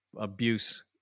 abuse